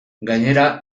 gainera